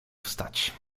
wstać